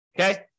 Okay